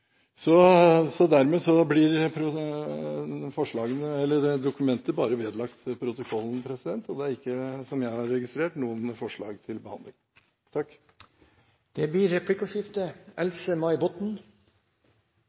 Dermed blir dokumentet foreslått vedlagt protokollen. Det er heller ikke, etter hva jeg har registrert, noen forslag til behandling. Det blir replikkordskifte.